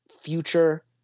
future